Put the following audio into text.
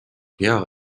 hea